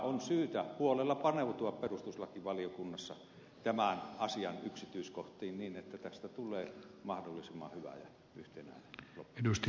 on syytä huolella paneutua perustuslakivaliokunnassa tämän asian yksityiskohtiin niin että tästä tulee mahdollisimman hyvä ja yhtenäinen